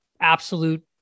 absolute